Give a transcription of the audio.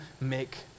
make